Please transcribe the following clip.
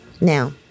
Now